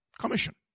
Commission